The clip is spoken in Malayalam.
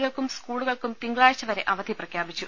കൾക്കും സ്കൂളുകൾക്കും തിങ്കളാഴ്ചവരെ അവധി പ്രഖ്യാപിച്ചു